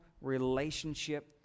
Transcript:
relationship